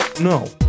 no